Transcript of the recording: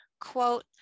Quote